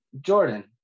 Jordan